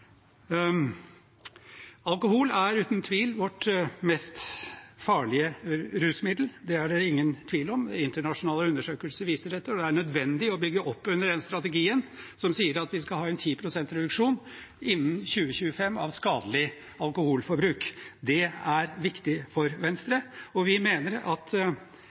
Alkohol er uten tvil vårt farligste rusmiddel. Det er det ingen tvil om. Internasjonale undersøkelser viser dette. Det er nødvendig å bygge opp under den strategien som sier at vi innen 2025 skal ha 10 pst. reduksjon av skadelig alkoholforbruk. Det er viktig for Venstre, og vi mener at